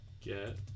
get